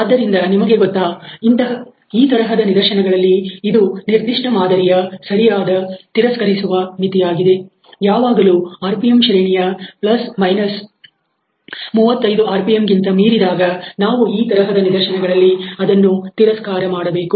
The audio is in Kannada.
ಆದ್ದರಿಂದ ನಿಮಗೆ ಗೊತ್ತಾ ಈ ತರಹದ ನಿದರ್ಶನಗಳಲ್ಲಿ ಇದು ನಿರ್ದಿಷ್ಟ ಮಾದರಿಯ ಸರಿಯಾದ ತಿರಸ್ಕರಿಸುವ ಮಿತಿಯಾಗಿದೆ ಯಾವಾಗಲೂ ಆರ್ ಪಿಎಂ ಶ್ರೇಣಿಯ plus minus 35 ಆರ್ ಪಿಎಂ ಗಿಂತ ಮೀರಿದಾಗ ನಾವು ಈ ತರಹದ ನಿದರ್ಶನಗಳಲ್ಲಿ ಅದನ್ನು ತಿರಸ್ಕಾರ ಮಾಡಬೇಕು